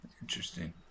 interesting